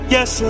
Yes